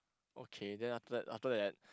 okay then after that after that